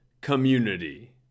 community